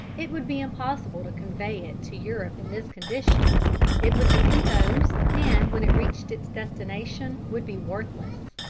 it would be impossible to convey it to europe in this condition it would decompose, and, when it reached its destination, would be worthless.